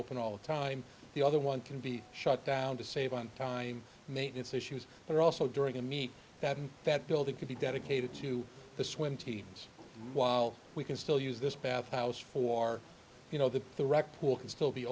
open all the time the other one can be shut down to save on time maintenance issues but also during a meet that in that building can be dedicated to the swim teams while we can still use this bathhouse for you know that the rec pool can still be